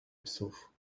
psów